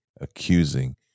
accusing